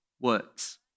works